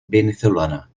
venezolana